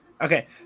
okay